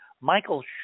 michael